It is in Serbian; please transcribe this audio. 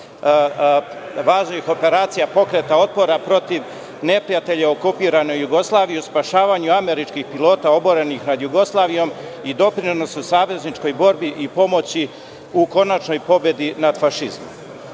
važnih operacija pokreta otpora protiv neprijatelja okupirane Jugoslavije, u spašavanju američkih pilota oborenih nad Jugoslavijom i doprinosu savezničkoj borbi i pomoći u konačnoj pobedi nad fašizmom. Kao